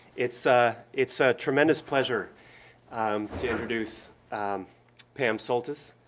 it's ah it's a tremendous pleasure um to introduce pam soltis.